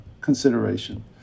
consideration